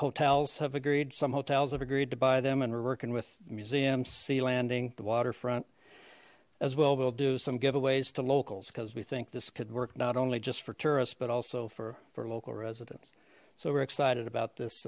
hotels have agreed some hotels have agreed to buy them and we're working with museums see landing the waterfront as well we'll do some giveaways to locals because we think this could work not only just for tourists but also for for local residents so we're excited about this